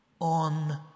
On